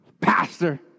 pastor